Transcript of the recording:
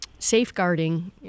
Safeguarding